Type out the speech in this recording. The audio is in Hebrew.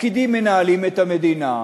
הפקידים מנהלים את המדינה.